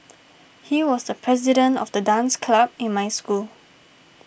he was the president of the dance club in my school